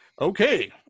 okay